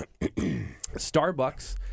Starbucks